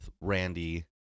Randy